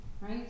Right